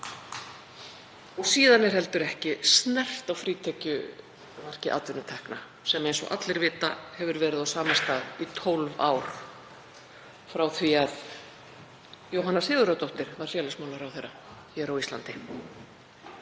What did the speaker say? Síðan er heldur ekki snert á frítekjumarki atvinnutekna sem hefur, eins og allir vita, verið á sama stað í 12 ár frá því að Jóhanna Sigurðardóttir var félagsmálaráðherra hér á Íslandi.